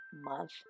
month